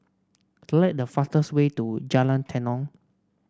select the fastest way to Jalan Tenon